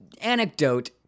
anecdote-